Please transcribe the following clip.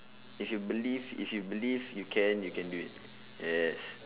if you believe if you believe you can you can do it yes